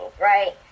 right